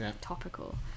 topical